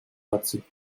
наций